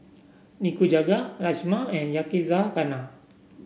Nikujaga Rajma and Yakizakana